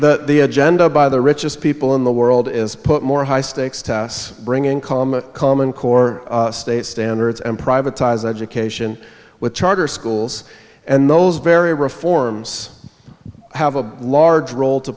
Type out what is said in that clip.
testing the agenda by the richest people in the world is put more high stakes tests bring in common common core state standards and privatized education with charter schools and those very reforms have a large role to